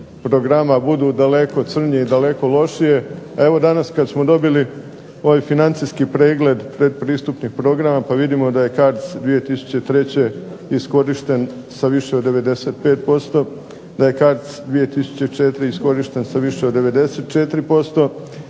programa budu daleko crnje i daleko lošije, a evo danas kad smo dobili ovaj financijski pregled pretpristupnih programa, pa vidimo da je CARDS 2003. iskorišten sa više od 95%, da je CARDS 2004 iskorišten sa više od 94%,